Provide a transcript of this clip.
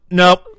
nope